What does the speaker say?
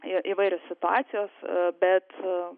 įvairios situacijos bet